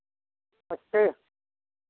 नमस्ते